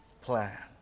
plan